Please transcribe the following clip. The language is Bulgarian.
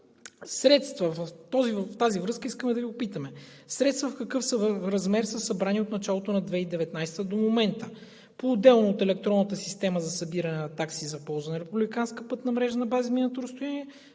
средства в какъв размер са събрани от началото на 2019 г. до момента поотделно от електронната система за събиране на такси за ползване на републиканска пътна мрежа на база изминато разстояние